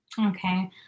Okay